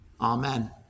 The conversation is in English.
Amen